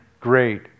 great